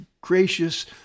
gracious